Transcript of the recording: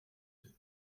deux